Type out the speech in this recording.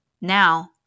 Now